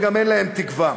וגם אין להם תקווה.